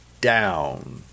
down